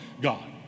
God